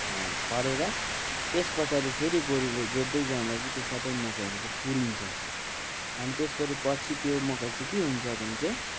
छरेर त्यस पछाडि फेरि गोरुले जोत्दै जाँदा चाहिँ त्यो सबै मकैहरू चाहिँ पुरिन्छ अनि त्यस परे पछि त्यो मकै चाहिँ के हुन्छ भने चाहिँ